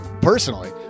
Personally